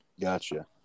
Gotcha